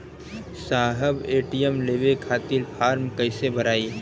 साहब ए.टी.एम लेवे खतीं फॉर्म कइसे भराई?